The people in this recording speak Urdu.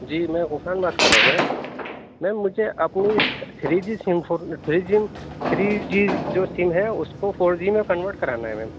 جی میں غفران بات ک کر رہا ہوں میم میم مجھے اپنی تھری جی تھری جی جو سم ہے اس کو فوجی میں کنورٹ کرانا ہے میم